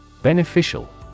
Beneficial